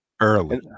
early